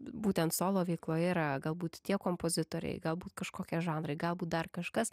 būtent solo veikloje yra galbūt tie kompozitoriai galbūt kažkokie žanrai galbūt dar kažkas